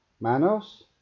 Manos